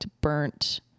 burnt